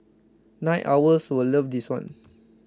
night owls will love this one